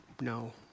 No